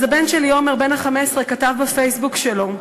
אז הבן שלי, עומר, בן ה-15, כתב בפייסבוק שלו: